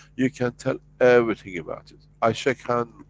you can tell everything about it. i shake hand,